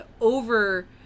over